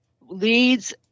leads